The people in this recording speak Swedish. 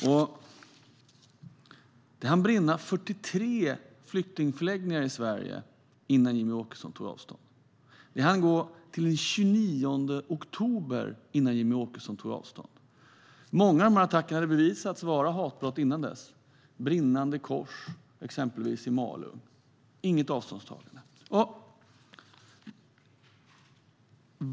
Det hann brinna 43 flyktingförläggningar i Sverige innan Jimmie Åkesson tog avstånd. Det hann gå till den 29 oktober innan Jimmie Åkesson tog avstånd. Många av de här attackerna hade bevisats vara hatbrott innan dess, exempelvis brinnande kors i Malung. Men det kom inget avståndstagande.